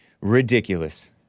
Ridiculous